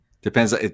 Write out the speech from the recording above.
Depends